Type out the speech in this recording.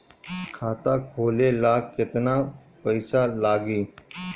खाता खोले ला केतना पइसा लागी?